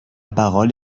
parole